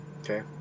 Okay